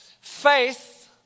Faith